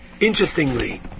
interestingly